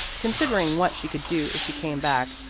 considering what she could do if she came back,